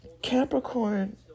Capricorn